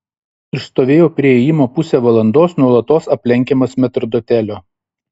išstovėjau prie įėjimo pusę valandos nuolatos aplenkiamas metrdotelio